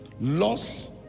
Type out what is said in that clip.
Loss